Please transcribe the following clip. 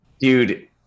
Dude